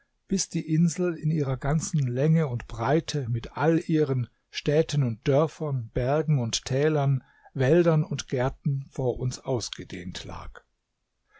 bis die insel in ihrer ganzen länge und breite mit allen ihren städten und dörfern bergen und tälern wäldern und gärten vor uns ausgedehnt lag